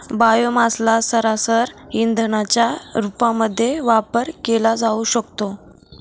बायोमासला सरळसरळ इंधनाच्या रूपामध्ये वापर केला जाऊ शकतो